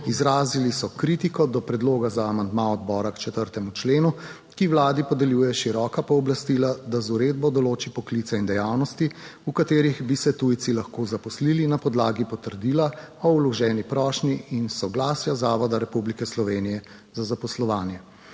Izrazili so kritiko do predloga za amandma odbora k 4. členu, ki Vladi podeljuje široka pooblastila, da z uredbo določi poklice in dejavnosti, v katerih bi se tujci lahko zaposlili, na podlagi potrdila o vloženi prošnji in soglasja zavoda Republike Slovenije za zaposlovanje.